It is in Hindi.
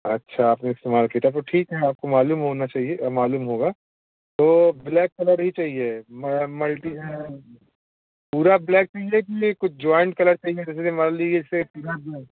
अच्छा आपने इस्तेमाल की है तब तो ठीक है आपको मालूम होना चाहिए मालूम होगा तो ब्लैक कलर ही चाहिए म मल्टी पूरा ब्लैक चाहिए कि ये कुछ जॉइंट कलर चाहिए जैसे मान लिए जैसे पीला ब्लैक